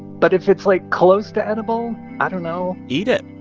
but if it's, like, close to edible i don't know. eat it.